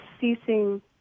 ceasing